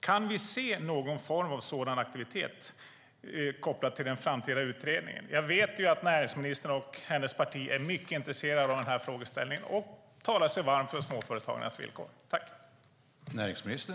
Kan vi se någon form av sådan aktivitet kopplad till den framtida utredningen? Jag vet att näringsministern, och hennes parti, är mycket intresserad av frågan och talar sig varm för småföretagarnas villkor.